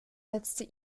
setzte